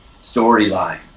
storyline